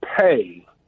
pay